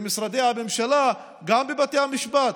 במשרדי הממשלה וגם בבתי המשפט.